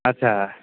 अच्छा